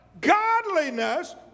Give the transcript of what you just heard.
godliness